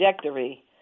trajectory